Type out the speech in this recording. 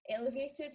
elevated